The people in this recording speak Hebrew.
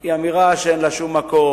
היא אמירה שאין לה מקום.